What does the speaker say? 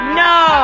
no